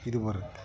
ಇದು ಬರುತ್ತೆ